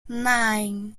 nine